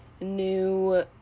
new